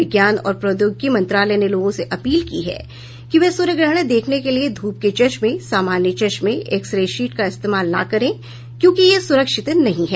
विज्ञान और प्रौद्योगिकी मंत्रालय ने लोगों से अपील की है कि वे सूर्यग्रहण देखने के लिए ध्रप के चश्में सामान्य चश्में एक्स रे शीट का इस्तेमाल न करें क्योंकि ये सुरक्षित नहीं हैं